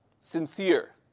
sincere